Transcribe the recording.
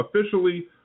officially